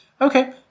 Okay